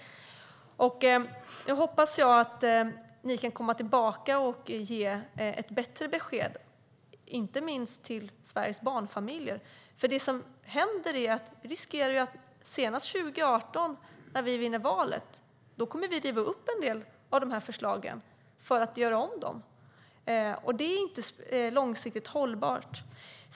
Jag hoppas att ni kan komma tillbaka och ge ett bättre besked, inte minst till Sveriges barnfamiljer. Risken är att senast 2018, när vi vinner valet, kommer vi att riva upp en del av de här förslagen för att göra om dem, och det är inte långsiktigt hållbart.